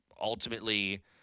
ultimately